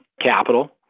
capital